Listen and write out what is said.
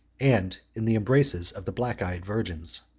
and in the embraces of the black-eyed virgins.